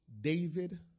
David